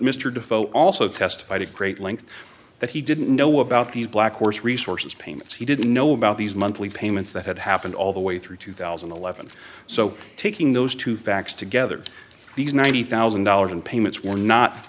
mr defoe also testified to great length that he didn't know about these black horse resources payments he didn't know about these monthly payments that had happened all the way through two thousand and eleven so taking those two facts together these ninety thousand dollars in payments were not